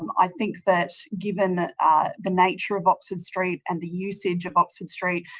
um i think that given the nature of oxford street and the usage of oxford street,